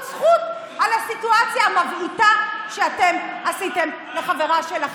זכות על הסיטואציה המבעיתה שאתם עשיתם לחברה שלכם.